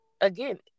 again